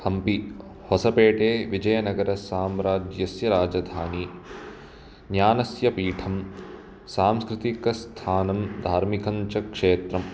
हम्पी होसपेटे विजयनगरसाम्राजस्य राजधानी ज्ञानस्य पीठं सांस्कृतिकस्थानं धार्मिकञ्च क्षेत्रं